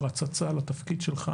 הצצה לתפקיד שלך,